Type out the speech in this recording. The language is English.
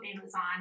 Amazon